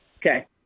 Okay